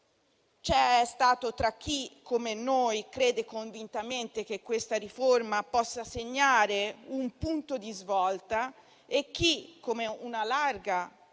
c'è stato chi, come noi, crede convintamente che questa riforma possa segnare un punto di svolta e chi, come una larga